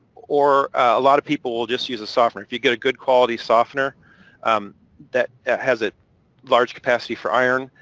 or a lot of people will just use a softener. if you get a good quality softener that has a large capacity for iron.